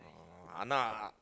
uh anak